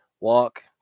walk